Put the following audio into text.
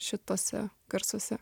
šituose garsuose